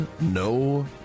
no